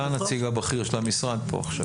אתה הנציג הבכיר של המשרד כאן.